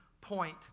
point